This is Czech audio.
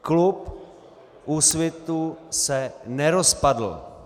Klub Úsvitu se nerozpadl.